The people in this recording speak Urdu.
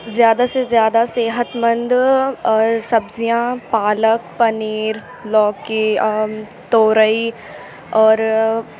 زیادہ سے زیادہ صحت مند اور سبزیاں پالک پنیر لوکی تورئی اور